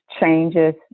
changes